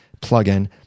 plugin